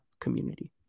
community